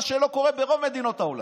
מה שלא קורה ברוב מדינות העולם.